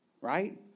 right